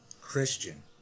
Christian